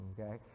Okay